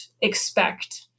expect